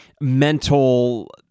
mental